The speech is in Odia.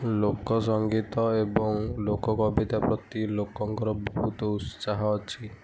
ଲୋକ ସଂଗୀତ ଏବଂ ଲୋକ କବିତା ପ୍ରତି ଲୋକଙ୍କର ବହୁତ ଉତ୍ସାହ ଅଛି